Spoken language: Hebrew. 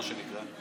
מה שנקרא?